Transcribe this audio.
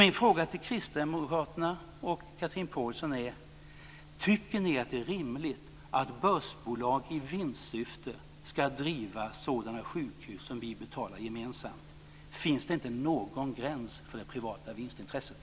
Pålsson är: Tycker ni att det är rimligt att börsbolag i vinstsyfte ska driva sådana sjukhus som vi betalar gemensamt? Finns det inte någon gräns för det privata vinstintresset?